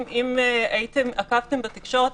אם עקבתם בתקשורת,